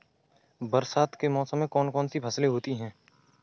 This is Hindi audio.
बरसात के मौसम में कौन कौन सी फसलें होती हैं?